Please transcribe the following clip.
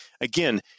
again